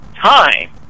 time